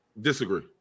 Disagree